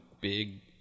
big